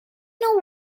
know